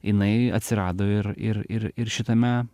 jinai atsirado ir ir ir ir šitame